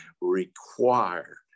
required